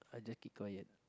I just keep quiet